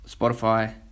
Spotify